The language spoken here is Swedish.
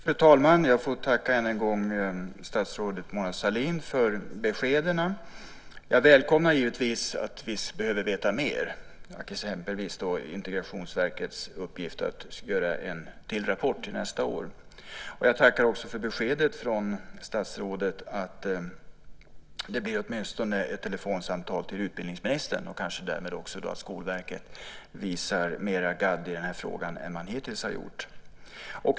Fru talman! Jag får än en gång tacka statsrådet Mona Sahlin för beskeden. Jag välkomnar givetvis tanken att vi behöver veta mer, exempelvis Integrationsverkets uppgift att göra en till rapport till nästa år. Jag tackar också för beskedet från statsrådet att det åtminstone blir ett telefonsamtal till utbildningsministern och kanske därmed också att Skolverket visar mera gadd i den här frågan än man hittills har gjort.